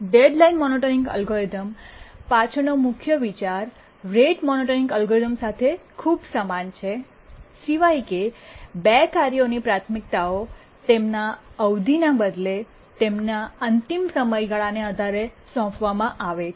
deadline monotonic algorithm પાછળનો મુખ્ય વિચાર રેટ મોનોટોનિક એલ્ગોરિધમ સાથે ખૂબ સમાન છે સિવાય કે 2 કાર્યોની પ્રાથમિકતાઓ તેમના અવધિના બદલે તેમની અંતિમ સમયગાળાને આધારે સોંપવામાં આવે છે